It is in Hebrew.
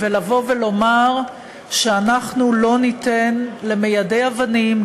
ולומר שאנחנו לא ניתן למיידי אבנים,